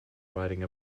riding